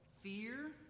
fear